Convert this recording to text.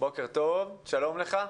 בוקר טוב, שלום לך,